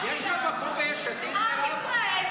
יש לה מקום ביש עתיד, מירב?